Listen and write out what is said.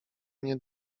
nie